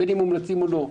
בין אם מומלצים או לא,